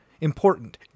Important